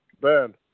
Ben